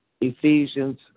Ephesians